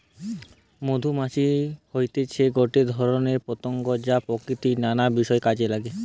মধুমাছি হতিছে গটে ধরণের পতঙ্গ যা প্রকৃতির নানা বিষয় কাজে নাগে